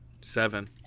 Seven